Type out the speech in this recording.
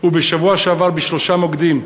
ובשבוע שעבר בשלושה מוקדים: